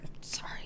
Sorry